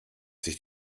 sich